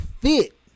fit